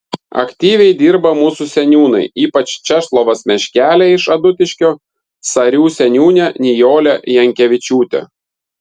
aktyviai dirba mūsų seniūnai ypač česlovas meškelė iš adutiškio sarių seniūnė nijolė jankevičiūtė